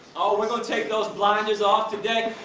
oh, we're going to take those blinders off today.